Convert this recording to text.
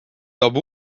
toob